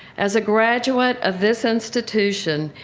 as a graduate of this institution,